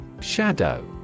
Shadow